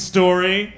Story